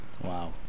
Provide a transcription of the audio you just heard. Wow